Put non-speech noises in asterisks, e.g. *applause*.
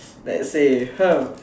let's say *noise*